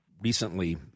recently